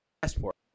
passport